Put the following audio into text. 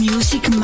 Music